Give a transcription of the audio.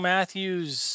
Matthews